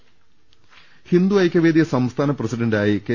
്് ഹിന്ദു ഐക്യവേദി സംസ്ഥാന പ്രസിഡന്റായി കെ